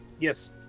Yes